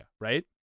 right